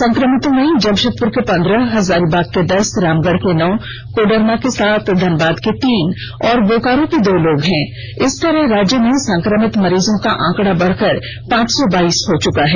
संक्रमितों में जमशेदपुर के पंद्रह हजारीबाग के दस रामगढ़ के नौ कोडरमा के सात धनबाद के तीन और बोकारो के दो लोग हैं इस तरह राज्य में संक्रमित मरीजों का आंकडा बढकर पांच सौ बाइस हो चुका है